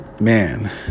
Man